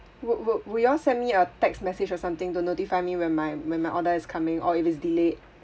will will will you all send me a text message or something to notify me when my when my order is coming or if it's delayed